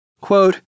Quote